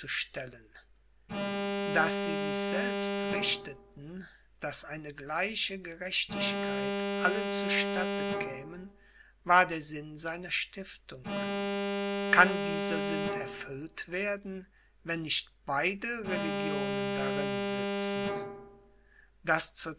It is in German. daß sie sich selbst richteten daß eine gleiche gerechtigkeit allen zu statten käme war der sinn seiner stiftung kann dieser sinn erfüllt werden wenn nicht beide religionen darin sitzen